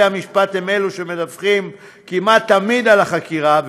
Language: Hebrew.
המשפט הם שמדווחים כמעט תמיד על החקירה,